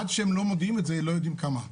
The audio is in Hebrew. עד שהם לא מודיעים את זה, לא יודעים כמה.